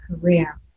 career